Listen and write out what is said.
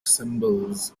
symbols